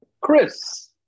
Chris